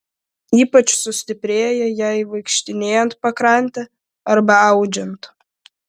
ypač sustiprėja jai vaikštinėjant pakrante arba audžiant